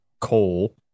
coal